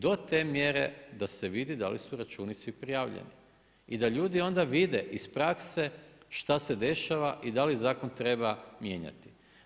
Do te mjere da se vidi da li su računi svi prijavljeni i da ljudi onda vide iz prakse šta se dešava i da li zakon treba mijenjati.